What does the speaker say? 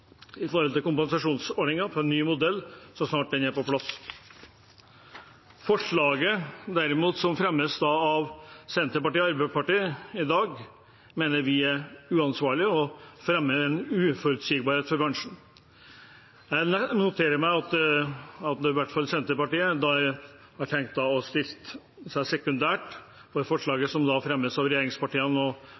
i bero inntil en ny modell for kompensasjonsordningen er på plass. Forslaget som fremmes av Senterpartiet og Arbeiderpartiet i dag, mener vi derimot er uansvarlig og fremmer en uforutsigbarhet for bransjen. Jeg noterer meg at i hvert fall Senterpartiet har tenkt å stille seg sekundært bak forslagene som fremmes av regjeringspartiene